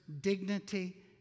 dignity